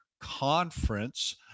conference